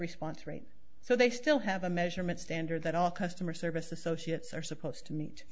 response rate so they still have a measurement standard that all customer service associates are supposed to meet